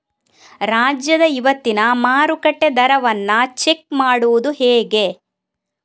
ರಾಜ್ಯದ ಇವತ್ತಿನ ಮಾರುಕಟ್ಟೆ ದರವನ್ನ ಚೆಕ್ ಮಾಡುವುದು ಹೇಗೆ?